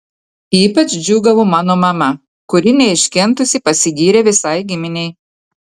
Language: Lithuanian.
ypač džiūgavo mano mama kuri neiškentusi pasigyrė visai giminei